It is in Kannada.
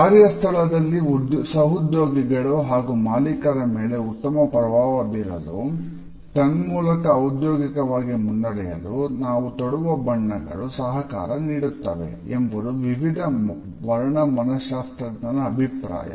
ಕಾರ್ಯಸ್ಥಳದಲ್ಲಿ ಸಹೋದ್ಯೋಗಿಗಳು ಹಾಗೂ ಮಾಲೀಕರ ಮೇಲೆ ಉತ್ತಮ ಪ್ರಭಾವ ಬೀರಲು ತನ್ಮೂಲಕ ಔದ್ಯೋಗಿಕವಾಗಿ ಮುನ್ನಡೆಯಲು ನಾವು ತೊಡುವ ಬಣ್ಣಗಳು ಸಹಕಾರ ನೀಡುತ್ತವೆ ಎಂಬುದು ವಿವಿಧ ವರ್ಣ ಮನಶಾಸ್ತ್ರಜ್ಞರ ಅಭಿಪ್ರಾಯ